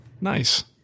Nice